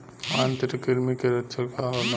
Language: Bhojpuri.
आंतरिक कृमि के लक्षण का होला?